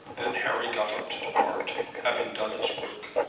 then harry got up to depart, having done his work.